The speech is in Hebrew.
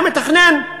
אתה מתכנן.